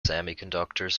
semiconductors